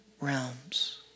realms